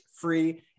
Free